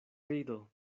rido